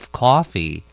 coffee